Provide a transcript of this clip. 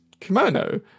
Kimono